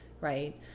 Right